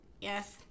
Yes